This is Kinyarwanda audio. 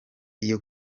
iyo